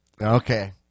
Okay